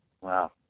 wow